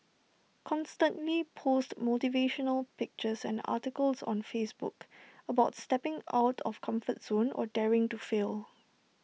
constantly post motivational pictures and articles on Facebook about stepping out of comfort zone or daring to fail